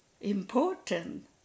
important